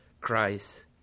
Christ